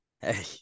Hey